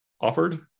offered